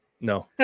no